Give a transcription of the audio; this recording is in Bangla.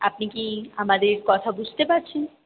আপনি কি আমাদের কথা বুঝতে পারছেন